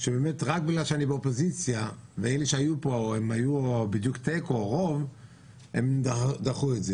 שבאמת רק בגלל שאני באופוזיציה ואלה שהיו פה דחו את זה.